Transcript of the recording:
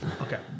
Okay